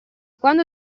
quando